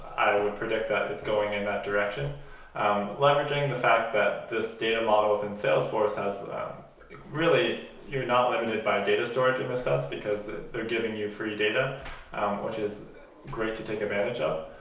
would predict that it's going in that direction um leveraging the fact that this data model within and salesforce has really you're not limited by data storage in this sense because they're giving you free data which is great to take advantage of